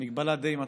מגבלה די מצחיקה.